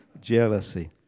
Jealousy